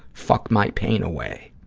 fuck my pain away.